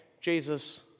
Jesus